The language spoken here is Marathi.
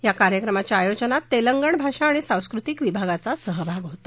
या कार्यक्रमाच्या आयोजनात तेलंगण भाषा आणि सांस्कृतिक विभागाचा सहभाग होता